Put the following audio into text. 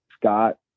Scott